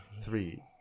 three